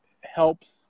helps